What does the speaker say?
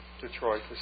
Detroit